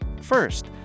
First